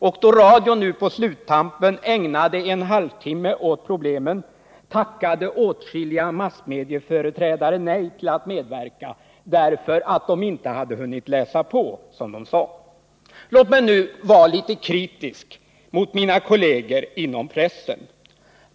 Och då radion på sluttampen ägnade en halvtimme åt problemen tackade åtskilliga massmedieföreträdare nej till att medverka därför att de inte hunnit läsa på, som de sade. Låt mig vara litet kritisk mot mina kolleger inom pressen.